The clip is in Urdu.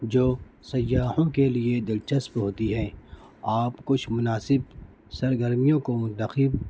جو سیاحوں کے لیے دلچسپ ہوتی ہیں آپ کچھ مناسب سرگرمیوں کو